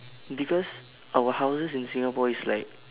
because our houses in singapore is like